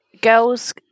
girls